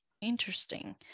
interesting